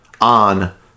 on